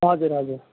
हजुर हजुर